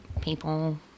people